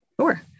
Sure